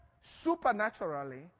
supernaturally